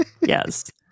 Yes